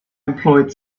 employed